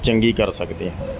ਚੰਗੀ ਕਰ ਸਕਦੇ ਹਾਂ